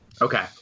Okay